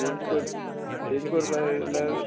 change कोर change कोरपा जाय जाल्यार